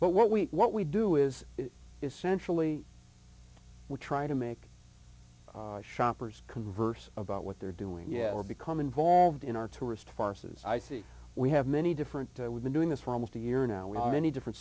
but what we what we do is essentially we try to make shoppers converse about what they're doing yeah or become involved in our tourist farces i see we have many different we've been doing this for almost a year now we're not any different